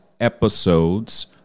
episodes